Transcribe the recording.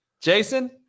Jason